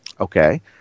Okay